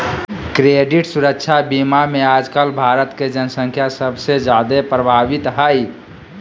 credit सुरक्षा बीमा मे आजकल भारत के जन्संख्या सबसे जादे प्रभावित हय